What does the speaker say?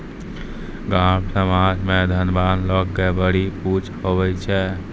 गाँव समाज मे धनवान लोग के बड़ी पुछ हुवै छै